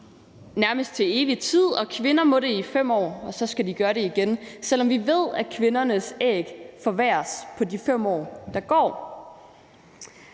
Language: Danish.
nærmest til evig tid, og kvinder må få gemt deres æg i 5 år, og så skal de gøre det igen, selv om vi ved, at kvindernes æg forværres på de 5 år, der går.